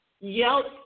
Yelp